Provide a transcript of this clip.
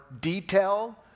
detail